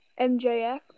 MJF